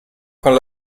con